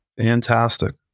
Fantastic